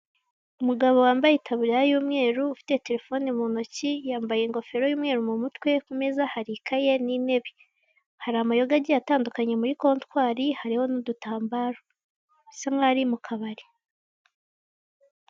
umugabo wambaye itaburiya y'umweru ufite telephone mu ntoki yambaye ingofero y'umweru mu mutwe, ku meza hari ikayi n'intebe. Hari amayoga agiye atandukanye muri kontwari hariho n'udutambaro bisa nkaho ari mu kabari.